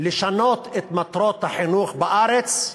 לשינוי מטרות החינוך בארץ,